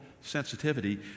sensitivity